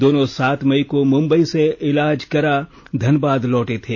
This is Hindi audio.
दोनों सात मई को मुंबई से इलाज करा धनबाद लौटे थे